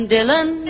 Dylan